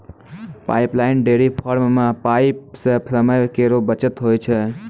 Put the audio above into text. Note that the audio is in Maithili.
पाइपलाइन डेयरी फार्म म पाइप सें समय केरो बचत होय छै